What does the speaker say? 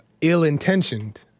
ill-intentioned